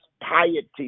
piety